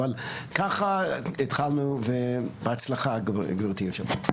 אבל ככה התחלנו, ובהצלחה גברתי יושבת הראש.